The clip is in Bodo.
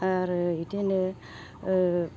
आरो इदिनो ओ